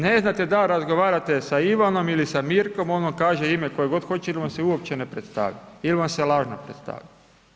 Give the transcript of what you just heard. Ne znate da razgovarate a Ivanom ili sa Mirkom, on vam kaže ime koje god hoće ili vam se uopće ne predstavlja ili vam se lažno predstavi.